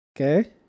Okay